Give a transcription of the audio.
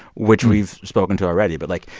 which we've spoken to already. but, like,